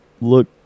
look